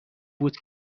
بود